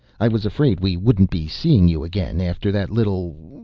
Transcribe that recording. i was afraid we wouldn't be seeing you again after that little.